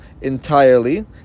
entirely